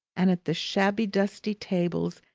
and at the shabby, dusty tables,